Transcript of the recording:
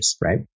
right